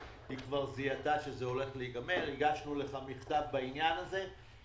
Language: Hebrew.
היא כבר זיהתה שזה הולך להיגמר והגשנו לך מכתב בעניין הזה.